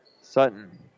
Sutton